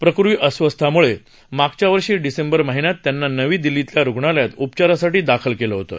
प्रकृती अस्वस्थ्यामुळे मागच्यावर्षी डिसेंबर महिन्यात त्यांना नवी दिल्लीतल्या रुग्णालयात उपचारासाठी दाखल केलं होतं